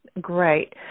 Great